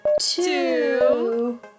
two